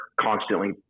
constantly